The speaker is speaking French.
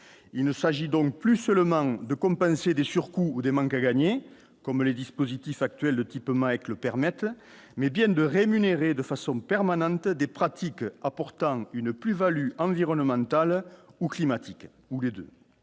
il ne s'agit donc plus seulement de compenser les surcoûts des manques à gagner comme les dispositifs actuels de type avec le permettent, mais bien de rémunérer de façon permanente à des pratiques apportant une plus-Value environnementale ou climatiques